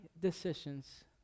decisions